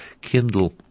kindle